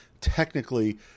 technically